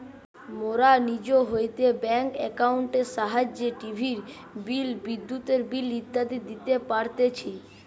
মোরা নিজ হইতে ব্যাঙ্ক একাউন্টের সাহায্যে টিভির বিল, বিদ্যুতের বিল ইত্যাদি দিতে পারতেছি